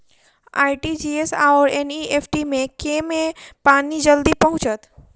RTGS आओर NEFT मे केँ मे पानि जल्दी पहुँचत